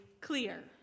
clear